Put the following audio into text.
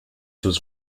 was